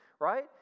right